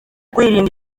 kwirinda